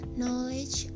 knowledge